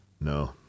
No